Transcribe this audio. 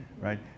right